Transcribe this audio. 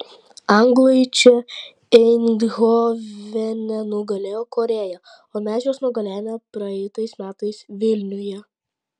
anglai čia eindhovene nugalėjo korėją o mes juos nugalėjome praeitais metais vilniuje